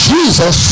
Jesus